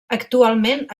actualment